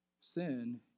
sin